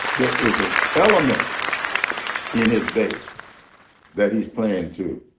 there is an element in his base that he's playing to.